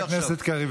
חבר הכנסת קריב,